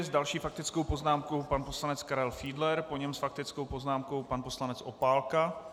S další faktickou poznámkou pan poslanec Karel Fiedler, po něm s faktickou poznámkou pan poslanec Opálka.